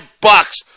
bucks